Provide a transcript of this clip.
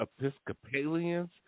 Episcopalians